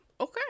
okay